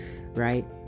right